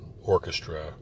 orchestra